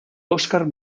oscar